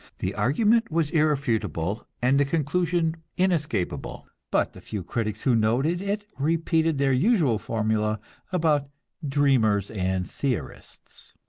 the argument was irrefutable, and the conclusion inescapable, but the few critics who noted it repeated their usual formula about dreamers and theorists.